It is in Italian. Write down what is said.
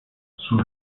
sul